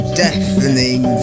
deafening